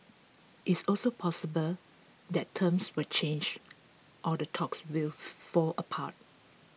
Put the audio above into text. it's also possible that terms will change or the talks will fall apart